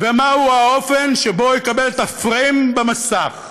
ומהו האופן שבו הוא יקבל את הפריים במסך.